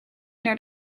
naar